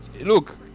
look